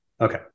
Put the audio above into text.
Okay